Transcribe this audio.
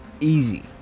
easy